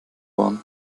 warm